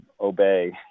obey